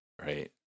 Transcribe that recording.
right